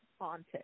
haunted